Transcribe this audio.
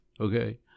okay